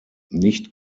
nicht